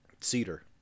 Cedar